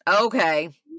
okay